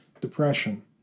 depression